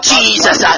Jesus